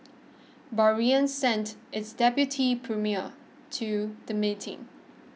Bahrain sent its deputy premier to the meeting